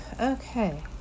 Okay